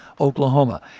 Oklahoma